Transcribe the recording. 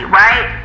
right